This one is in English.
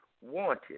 wanted